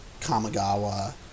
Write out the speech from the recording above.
Kamigawa